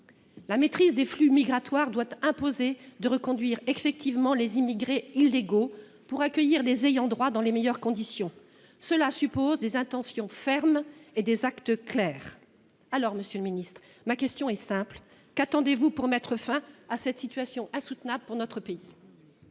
La maîtrise des flux migratoires doit imposer de reconduire effectivement les immigrés illégaux, pour accueillir les ayants droit dans les meilleures conditions. Cela suppose des intentions fermes et des actes clairs. Aussi, monsieur le ministre, ma question est simple : qu'attendez-vous pour mettre fin à cette situation insoutenable pour notre pays ?